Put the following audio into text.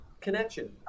connection